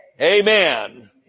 Amen